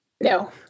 no